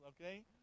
okay